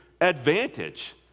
advantage